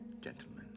gentlemen